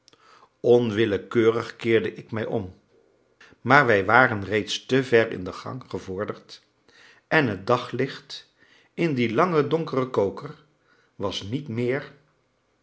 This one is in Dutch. onwillekeurig keerde ik mij om maar wij waren reeds te ver in de gang gevorderd en het daglicht in dien langen donkeren koker was niet meer